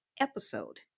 episode